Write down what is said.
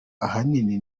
ahanini